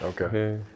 Okay